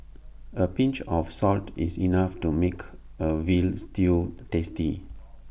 A pinch of salt is enough to make A Veal Stew tasty